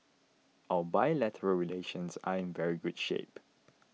our bilateral relations are in very good shape